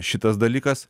šitas dalykas